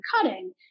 cutting